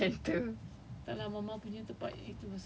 I don't know I just go novena untuk err skin centre